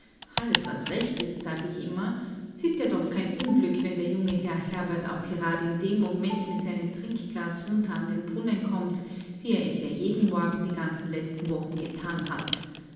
alles was recht ist sag ich immer s ist ja doch kein unglück wenn der junge herr herbert auch gerade in dem moment mit seinem trinkglas runter an den brunnen kommt wie er es ja jeden morgen die ganzen letzten wochen gethan hat